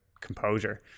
composure